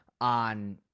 on